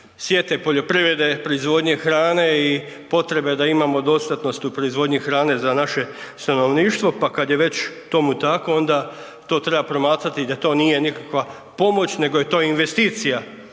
sjete poljoprivrede, proizvodnje hrane i potrebe da imamo dostatnost u proizvodnji hrane za naše stanovništvo pa kad je već tomu tako, onda to treba promatrati da to nije nikakva pomoć nego je to investicija